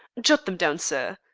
jot them down, sir.